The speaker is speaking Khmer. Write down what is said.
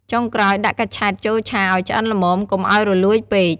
ចុងក្រោយដាក់កញ្ឆែតចូលឆាឲ្យឆ្អិនល្មម កុំឲ្យរលួយពេក។